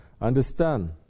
Understand